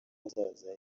hazaza